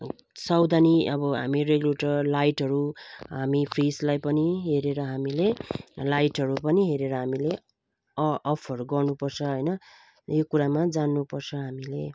सावधानी अब हामी रेगुलेटर लाइटहरू हामी फ्रिजलाई पनि हेरेर हामीले लाइटहरू पनि हेरेर हामीले अ अफहरू गर्नुपर्छ हैन यो कुरामा जान्नुपर्छ हामीले